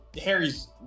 harry's